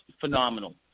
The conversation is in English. phenomenal